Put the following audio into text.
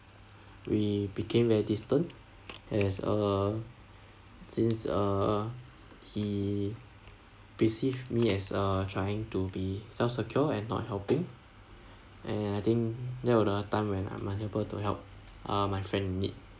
we became very distant as uh since uh he received me as uh trying to be self secure and not helping and I think that were the time when I'm unable to help uh my friend in need